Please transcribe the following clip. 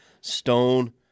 stone